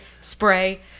Spray